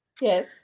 Yes